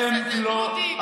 אל תעשה את זה, אתם לא.